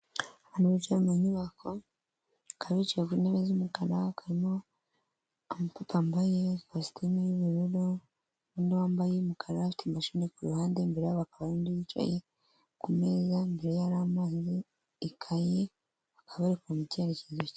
Hano ni mu nyubako bakaba bicaye ku ntebe z'umukara harimo abantu bambaye kositime y'ubururu undi wambaye umukara afite imashini kuru ruhande imbere yabo hakaba abandi bicaye ku meza imbere hari amazi, ikayi bakaba barikureba mu cyerekezo kimwe.